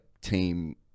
team